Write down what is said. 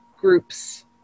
group's